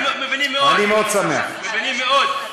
מבינים מאוד, מבינים מאוד.